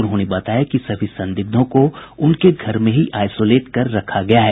उन्होंने बताया कि सभी संदिग्धों को उनके घर में ही आईसोलेट कर रखा गया है